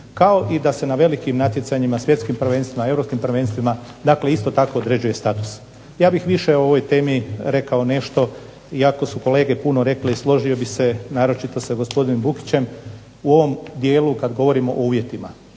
Kao i da se na velikim natjecanjima, svjetskim prvenstvima, europskim prvenstvima isto tako određuje status. Ja bih više o ovoj temi rekao nešto iako su kolege puno rekle i složio bih se naročito sa gospodinom Bukićem u ovom dijelu kada govorimo o uvjetima.